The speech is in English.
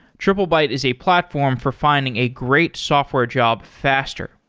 triplebyte is a platform for finding a great software job faster.